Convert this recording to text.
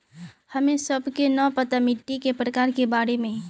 हमें सबके न पता मिट्टी के प्रकार के बारे में?